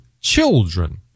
children